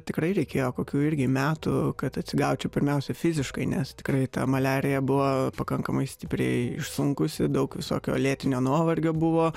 tikrai reikėjo kokių irgi metų kad atsigaučiau pirmiausia fiziškai nes tikrai ta maliarija buvo pakankamai stipriai išsunkusi daug visokio lėtinio nuovargio buvo